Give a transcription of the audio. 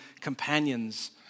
companions